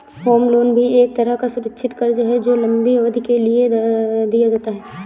home loan भी एक तरह का सुरक्षित कर्ज है जो लम्बी अवधि के लिए दिया जाता है